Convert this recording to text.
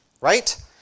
right